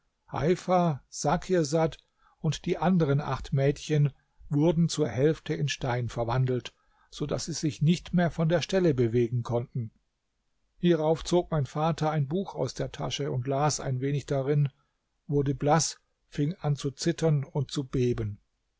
heifa sakirsad und die anderen acht mädchen wurden zur hälfte in stein verwandelt so daß sie sich nicht mehr von der stelle bewegen konnten hierauf zog mein vater ein buch aus der tasche und las ein wenig darin wurde blaß fing an zu zittern und zu beben